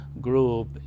Group